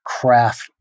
craft